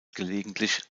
gelegentlich